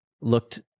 looked